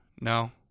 No